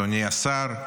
אדוני השר,